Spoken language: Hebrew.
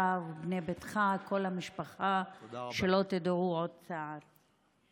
אתה ובני ביתך, כל המשפחה, שלא תדעו עוד צער.